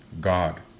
God